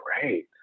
great